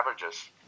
averages